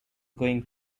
going